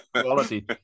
quality